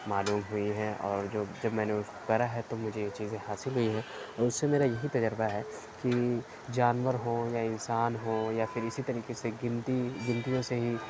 معلوم ہوئی ہے اور جو جب میں نے کرا ہے تو مجھے یہ چیزیں حاصل ہوئی ہیں اُن سے میرا یہی تجربہ ہے کہ جانور ہوں یا انسان ہوں یا پھر اِسی طریقے سے گنتی گنتیوں سے ہی